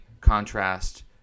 contrast